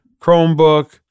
Chromebook